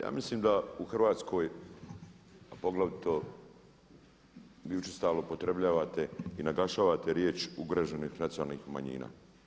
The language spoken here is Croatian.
Ja mislim da u Hrvatskoj a poglavito gdje učestalo upotrebljavate i naglašavate riječ ugroženih nacionalnih manjina.